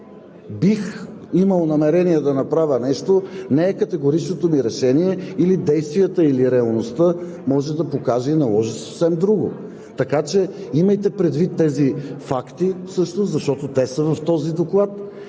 Бих имал намерение да направя нещо не е категоричното ми решение. Действията или реалността може да покаже и наложи съвсем друго. Така че имайте предвид тези факти, защото те са в този доклад